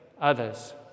others